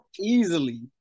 Easily